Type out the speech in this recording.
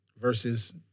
versus